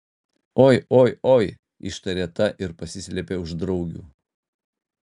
oi oi oi ištarė ta ir pasislėpė už draugių